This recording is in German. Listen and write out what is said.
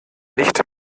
nicht